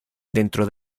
dentro